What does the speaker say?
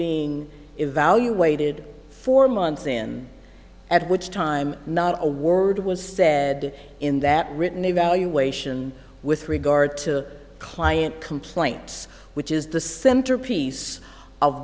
being evaluated four months in at which time not a word was said in that written evaluation with regard to client complaints which is the centerpiece of